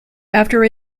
after